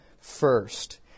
first